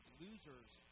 loser's